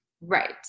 Right